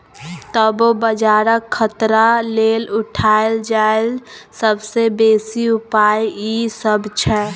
तबो बजारक खतरा लेल उठायल जाईल सबसे बेसी उपाय ई सब छै